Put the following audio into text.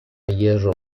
hierro